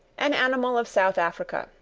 an animal of south africa,